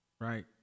right